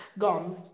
gone